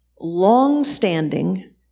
long-standing